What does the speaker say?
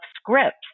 scripts